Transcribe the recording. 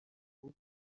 بود